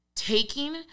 Taking